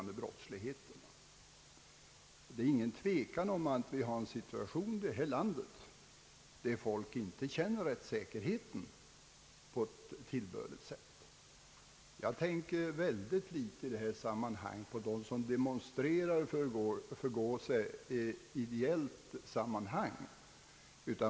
Det råder intet tvivel om att vi har en sådan situation i landet att folk inte känner att det råder en tillbörlig rättssäkerhet. Jag tänker i detta sammanhang mycket litet på dem som demonstrerar och förgår sig i ideellt sammanhang.